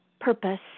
purpose